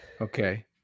Okay